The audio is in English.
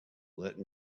let